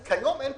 כיום אין פיקוח.